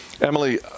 Emily